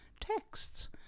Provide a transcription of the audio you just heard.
texts